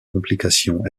complications